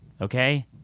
Okay